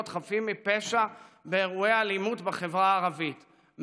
חפים מפשע באירועי אלימות בחברה הערבית,